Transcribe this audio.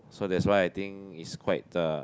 so that's why I think is quite the